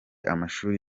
amashuri